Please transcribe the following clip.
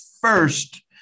first